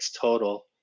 total